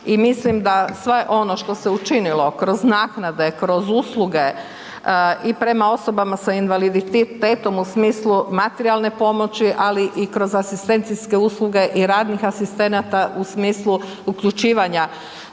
i mislim da sve ono što se učinilo kroz naknade, kroz usluge i prema osobama s invaliditetom u smislu materijalne pomoći, ali i kroz asistencijske usluge i radnih asistenata u smislu uključivanja